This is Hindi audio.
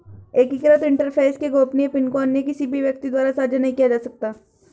एकीकृत इंटरफ़ेस के गोपनीय पिन को अन्य किसी भी व्यक्ति द्वारा साझा नहीं किया जा सकता